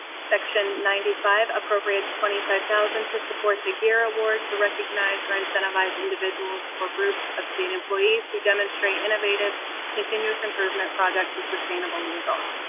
section ninety five appropriates twenty five thousand to support the gear award to recognize or incentivize individuals or groups of state employees who demonstrate innovative continuous improvement projects with sustainable results.